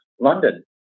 London